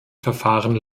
verfahren